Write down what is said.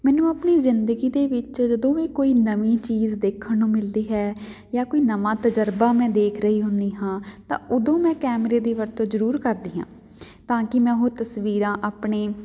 ਮੈਨੂੰ ਆਪਣੀ ਜ਼ਿੰਦਗੀ ਦੇ ਵਿੱਚ ਜਦੋਂ ਵੀ ਕੋਈ ਨਵੀਂ ਚੀਜ਼ ਦੇਖਣ ਨੂੰ ਮਿਲਦੀ ਹੈ ਜਾਂ ਕੋਈ ਨਵਾਂ ਤਜ਼ਰਬਾ ਮੈਂ ਦੇਖ ਰਹੀ ਹੁੰਦੀ ਹਾਂ ਤਾਂ ਉਦੋਂ ਮੈਂ ਕੈਮਰੇ ਦੀ ਵਰਤੋਂ ਜ਼ਰੂਰ ਕਰਦੀ ਹਾਂ ਤਾਂ ਕਿ ਮੈਂ ਉਹ ਤਸਵੀਰਾਂ ਆਪਣੇ